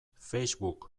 facebook